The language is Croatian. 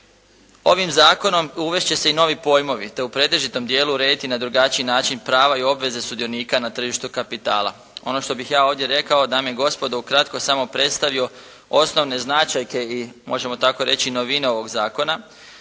Ovim zakonom uvest će se i novi pojmovi, te u pretežitom dijelu urediti na drugačiji način prava i obveze sudionika na tržištu kapitala. Ono što bih ja ovdje rekao dame i gospodo ukratko samo predstavio osnovne značajke i možemo tako reći novine ovog zakona.